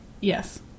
Yes